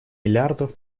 миллиардов